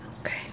Okay